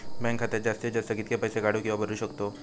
Bank खात्यात जास्तीत जास्त कितके पैसे काढू किव्हा भरू शकतो?